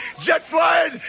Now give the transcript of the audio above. jet-flying